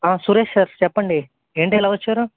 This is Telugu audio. సురేష్ సార్ చెప్పండి ఏంటిలా వచ్చారు